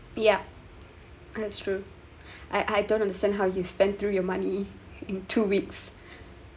yeah that's true I I don't understand how you spent through your money in two weeks